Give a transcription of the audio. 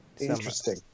Interesting